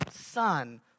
Son